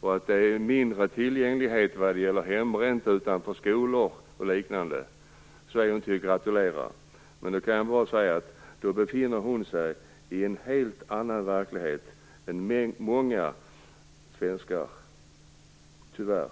och att tillgängligheten är mindre vad gäller hembränt utanför skolor och liknande så är hon att gratulera. Men då befinner hon sig i en helt annan verklighet än vad många svenskar gör, tyvärr.